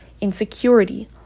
insecurity